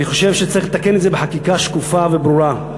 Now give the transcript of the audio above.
אני חושב שצריך לתקן את זה בחקיקה שקופה וברורה.